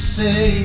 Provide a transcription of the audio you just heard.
say